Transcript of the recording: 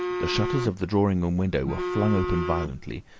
the shutters of the drawing-room window were flung open violently,